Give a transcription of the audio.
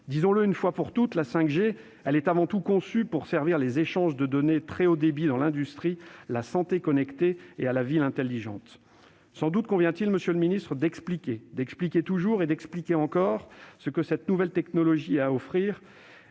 Disons-le une fois pour toutes, la 5G est avant tout conçue pour servir les échanges de données de très haut débit relatifs à l'industrie, à la santé connectée et à la ville intelligente. Sans doute convient-il, monsieur le secrétaire d'État, d'expliquer, d'expliquer toujours et d'expliquer encore ce que cette nouvelle technologie a à offrir